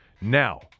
Now